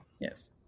Yes